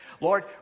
Lord